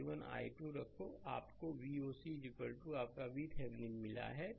I1 i2 रखो आपको Voc आपकाVThevenin मिलता है